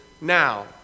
now